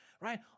right